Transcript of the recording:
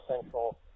Central